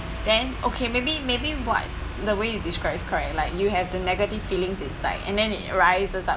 then okay maybe maybe bu~ the way you describe is correct like you have the negative feelings inside and then it rises up